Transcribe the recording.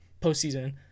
postseason